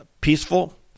peaceful